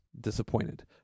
disappointed